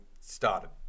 started